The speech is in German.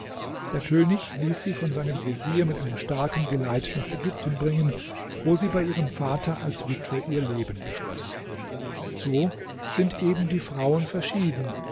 der könig ließ sie von seinem vezier mit einem starken geleit nach ägypten bringen wo sie bei ihrem vater als witwe ihr leben beschloß so sind eben die frauen verschieden